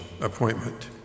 appointment